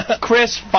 Chris